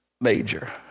major